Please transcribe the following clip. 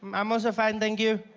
i am also fine, thank you.